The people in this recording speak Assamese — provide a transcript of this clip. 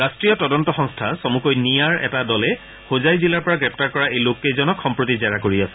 ৰাষ্ট্ৰীয় তদন্ত সংস্থা চমুকৈ নিয়াৰ এটা দলে হোজাই জিলাৰ পৰা গ্ৰেপ্তাৰ কৰা এই লোককেইজনক সম্প্ৰতি জেৰা কৰি আছে